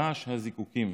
רעש הזיקוקים.